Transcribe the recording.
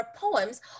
poems